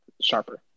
sharper